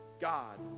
god